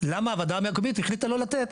למה הוועדה מהקומית החליטה לא לתת.